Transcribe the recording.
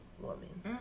woman